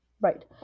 Right